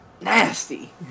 Nasty